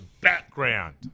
Background